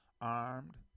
Armed